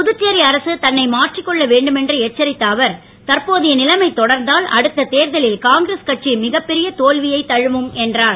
புதுச்சேரி அரசு தன்னை மாற்றிக் கொள்ள வேண்டும் என்று எச்சரித்த அவர் தற்போதைய நிலைமை தொடர்ந்தால் அடுத்த தேர்தலில் காங்கிரஸ் கட்சி மிக பெரிய தோல்வியை தழவும் என்றார்